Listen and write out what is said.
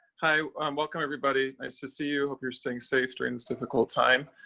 hi. welcome everybody. nice to see you. hope you're staying safe during this difficult time.